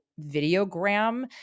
videogram